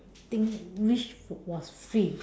thing wish was free